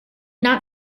not